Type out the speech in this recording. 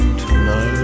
tonight